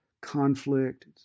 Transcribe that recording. conflict